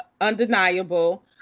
Undeniable